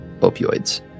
opioids